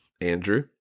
Andrew